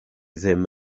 ddim